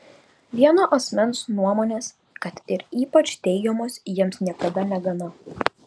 vieno asmens nuomonės kad ir ypač teigiamos jiems niekada negana